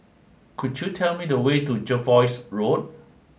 could you tell me the way to Jervois Road